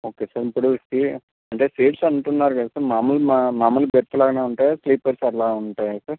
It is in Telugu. ఓకే సార్ ఇప్పుడు సీ అంటే సీట్స్ అంటున్నారు కదా సార్ మామూలు మా మామూలు బెర్త్లాగనే ఉంటాయా స్లీపర్స్ అలా ఉంటాయా సార్